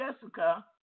Jessica